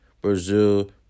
Brazil